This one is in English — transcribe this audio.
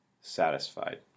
satisfied